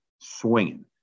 swinging